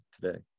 today